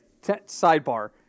sidebar